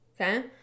okay